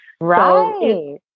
Right